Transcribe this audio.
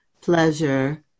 pleasure